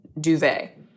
duvet